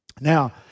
Now